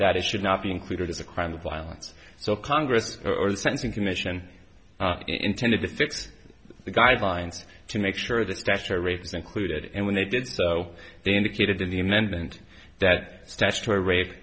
that it should not be included as a crime of violence so congress sensing commission intended to fix the guidelines to make sure the statutory rape is included and when they did so they indicated in the amendment that statutory rape